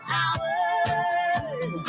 hours